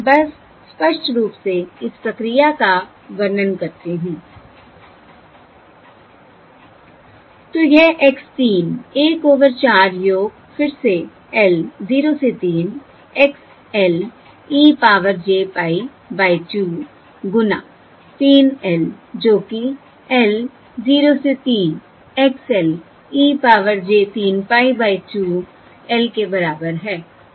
बस स्पष्ट रूप से इस प्रक्रिया का वर्णन करती हूं I तो यह x 3 1 ओवर 4 योग फिर से l 0 से 3 X l e power j pie by 2 गुना 3 l जो कि l 0 से 3 x L e power j 3 pie by 2 l के बराबर है